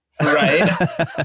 Right